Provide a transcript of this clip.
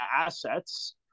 assets